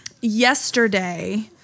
yesterday